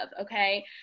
Okay